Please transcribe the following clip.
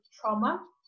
trauma